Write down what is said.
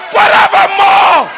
Forevermore